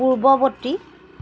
পূৰ্বৱৰ্তী